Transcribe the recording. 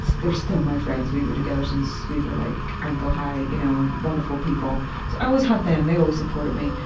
they're still my friends. we were together since we were like, ankle-high, you know. wonderful people. so i always had them, they always supported me.